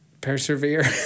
persevere